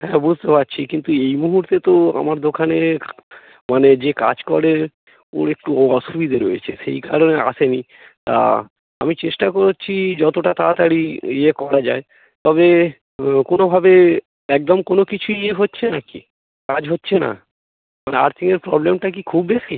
হ্যাঁ বুঝতে পারছি কিন্তু এই মুহুর্তে তো আমার দোকানে মানে যে কাজ করে ওর একটু অসুবিধা রয়েছে সেই কারণে আসে নি তা আমি চেষ্টা করছি যতোটা তাড়াতাড়ি ইয়ে করা যায় তবে কোনোভাবে একদম কোনো কিছু ইয়ে হচ্ছে নাকি কাজ হচ্ছে না মানে আর্থিংয়ের প্রবলেমটা কি খুব বেশি